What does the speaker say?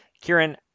Kieran